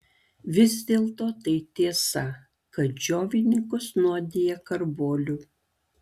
vis dėlto tai tiesa kad džiovininkus nuodija karboliu